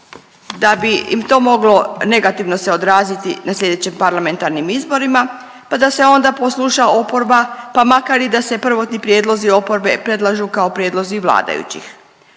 da bi im to moglo negativno se odraziti na slijedećim parlamentarnim izborima, pa da se onda posluša oporba, pa makar i da se prvotni prijedlozi oporbe predlažu kao prijedlozi vladajućih.